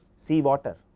sea water.